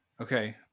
Okay